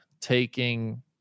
taking